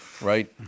right